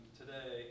today